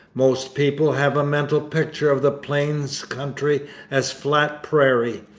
most people have a mental picture of the plains country as flat prairie,